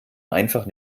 einfach